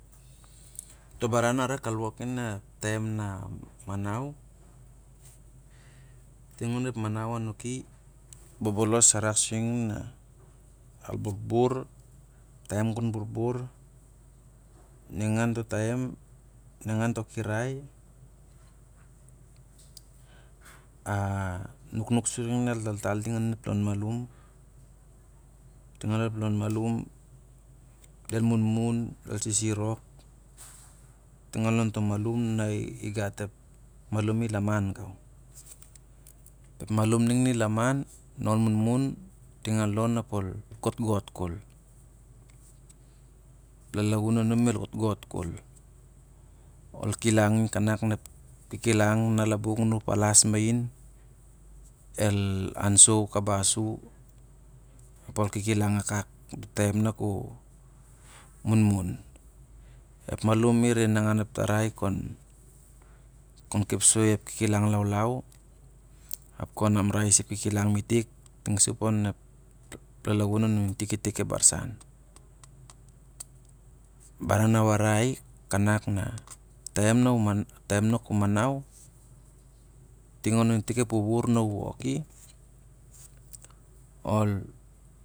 Tobaran a rak al woki onep taim na manau ting onep manau anuk i bobolos a rak su ning al burbur taia koa totaim ningan to kirai a nuknuk suring al taltal ting onep lon malam del munmun, del sisirok, ting an lon to malulu na i gat em malau na i laman gau em mata ai nug na i laman na ol manmun ting an lon ao ol gotgot kol eo lalaun anun el gotgot kol. Em malam i re nangan eo tarai kon keosui eo kikilane lalalau ao kon a arai is eo kikilang metik pnep lalaun anun i tik go marasan. Baran na a arai kanak na eo taim na ku manau ting ia i tik eo wawar na u woki, ol